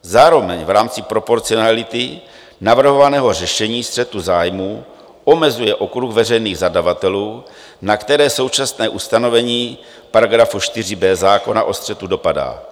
Zároveň v rámci proporcionality navrhovaného řešení střetu zájmů omezuje okruh veřejných zadavatelů, na které současné ustanovení § 4b zákona o střetu dopadá.